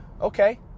Okay